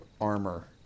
armor